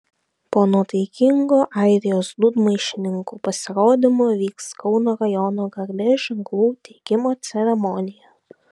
po nuotaikingo airijos dūdmaišininkų pasirodymo vyks kauno rajono garbės ženklų teikimo ceremonija